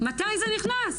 מתי זה נכנס.